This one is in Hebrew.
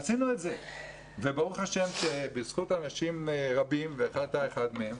עשינו את זה וברוך השם בזכות אנשים רבים ואתה אחד מהם